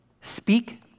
speak